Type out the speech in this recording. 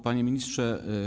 Panie Ministrze!